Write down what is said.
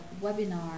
webinar